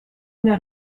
naar